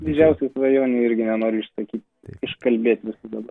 didžiausių svajonių irgi nenoriu išsakyt iškalbėt viską dabar